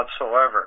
whatsoever